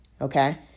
Okay